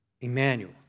Emmanuel